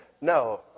No